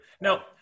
Now